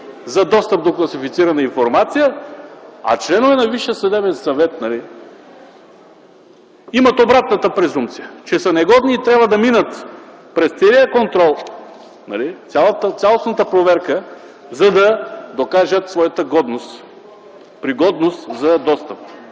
за достъп до класифицирана информация, а членове на Висшия съдебен съвет имат обратната презумпция, че са негодни и трябва да минат през целия контрол, през цялостната проверка, за да докажат своята пригодност за достъп.